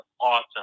awesome